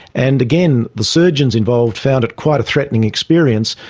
and again, the surgeons involved found it quite a threatening experience,